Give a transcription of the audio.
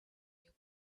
new